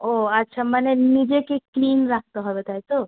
ও আচ্ছা মানে নিজেকে ক্লিন রাখতে হবে তাই তো